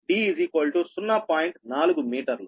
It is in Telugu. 4 మీటర్లు